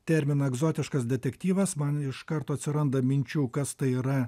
terminą egzotiškas detektyvas man iš karto atsiranda minčių kas tai yra